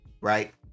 right